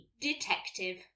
Detective